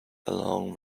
along